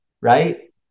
right